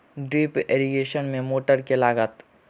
Drip irrigation मे motor केँ लागतै?